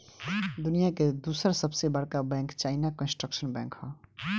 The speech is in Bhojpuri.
दुनिया के दूसर सबसे बड़का बैंक चाइना कंस्ट्रक्शन बैंक ह